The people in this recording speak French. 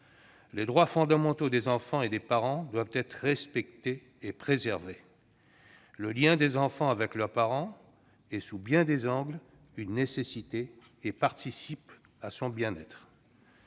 Les droits fondamentaux des enfants et des parents doivent être respectés et préservés. Le lien des enfants avec leurs parents est à bien des égards une nécessité et participe au bien-être